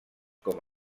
com